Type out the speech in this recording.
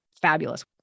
Fabulous